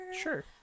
Sure